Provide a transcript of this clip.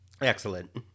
Excellent